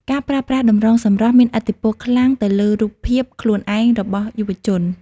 ការប្រើប្រាស់តម្រងសម្រស់មានឥទ្ធិពលខ្លាំងទៅលើរូបភាពខ្លួនឯងរបស់យុវជន។